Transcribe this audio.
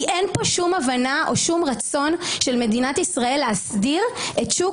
כי אין שום הבנה או שום רצון של מדינת ישראל להסדיר את שוק